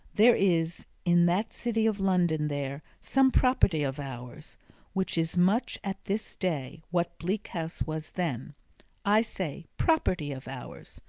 there is, in that city of london there, some property of ours which is much at this day what bleak house was then i say property of ours,